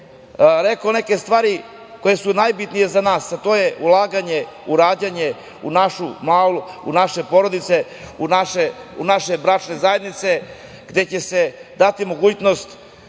rekao neke stvari koje su najbitnije za nas, a to je ulaganje u rađanje, u naše porodice, u naše bračne zajednice, gde će se dati mogućnost